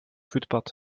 voetpad